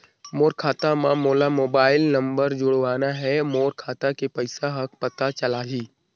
मोर खाता मां मोला मोबाइल नंबर जोड़वाना हे मोर खाता के पइसा ह पता चलाही?